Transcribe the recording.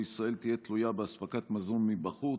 ישראל תהיה תלויה באספקת מזון מבחוץ?